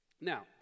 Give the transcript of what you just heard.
Now